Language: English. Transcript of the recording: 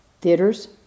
theaters